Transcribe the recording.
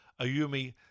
Ayumi